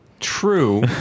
True